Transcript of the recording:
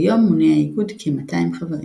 כיום מונה האיגוד כ 200 חברים.